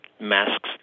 masks